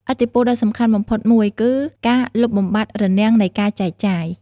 ឥទ្ធិពលដ៏សំខាន់បំផុតមួយគឺ ការលុបបំបាត់រនាំងនៃការចែកចាយ។